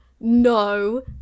no